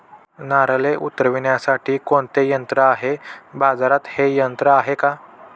नारळे उतरविण्यासाठी कोणते यंत्र आहे? बाजारात हे यंत्र आहे का?